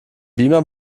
beamer